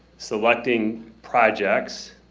selecting projects